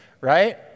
right